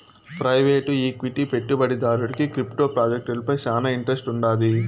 private equity పెట్టుబడిదారుడికి crypto ప్రాజెక్టులపై శానా ఇంట్రెస్ట్ వుండాది